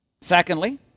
Secondly